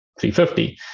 350